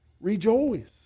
Rejoice